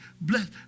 bless